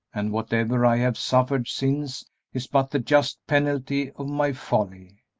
and whatever i have suffered since is but the just penalty of my folly.